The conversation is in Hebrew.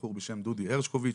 בחור בשם דודי הרשקוביץ,